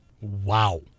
Wow